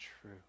true